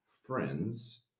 friends